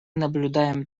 наблюдаем